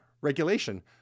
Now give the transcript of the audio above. regulation